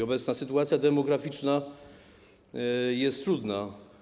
Obecna sytuacja demograficzna jest trudna.